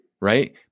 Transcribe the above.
Right